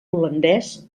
holandès